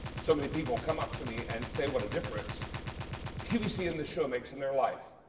so many people come up to me and say what a difference qvc and this show makes in their life.